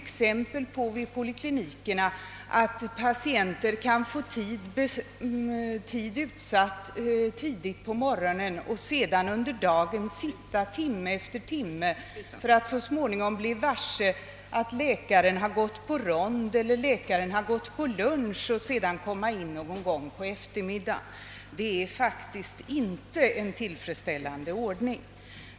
Vid dessa händer det att patienter kan få tid utsatt till tidigt på morgonen, under dagen få sitta timme efter timme för att så småningom bli varse att läkaren gått på rond eller tagit lunch och sedan komma in någon gång på eftermiddagen. Det är faktiskt inte en tillfredsställande ordning.